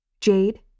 Jade